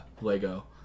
Lego